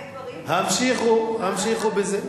המשיכו בזה.